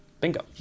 Bingo